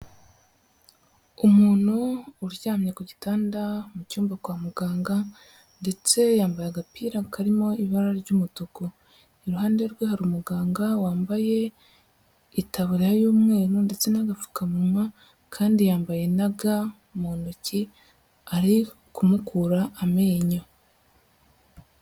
Umuntu uryamye ku gitanda mu cyumba kwa muganga ndetse yambaye agapira karimo ibara ry'umutuku iruhande rwe hari umuganga wambaye itabariya y'umweru ndetse n'agapfukamunwa kandi yambaye na ga mu ntoki ari kumukura amenyo.